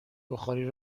بخاری